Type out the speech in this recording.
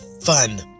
Fun